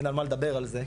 אין על מה לדבר על זה,